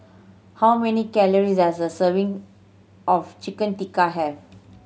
how many calories does a serving of Chicken Tikka have